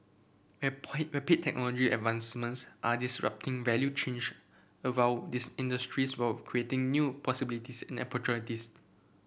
rapid technology advancements are disrupting value above this industries while creating new possibilities and opportunities